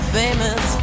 famous